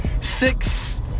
six